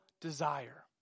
desire